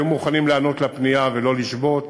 היו מוכנים להיענות לפנייה ולא לשבות,